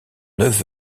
neuf